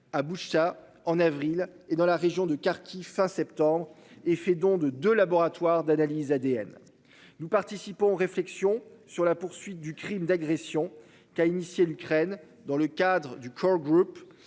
À Boutcha en avril et dans la région de Kharkiv fin septembre et fait don de de laboratoires d'analyses ADN nous participons, réflexion sur la poursuite du crime d'agression qui a initié l'Ukraine dans le cadre du corps, groupe